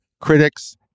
Critics